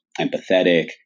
empathetic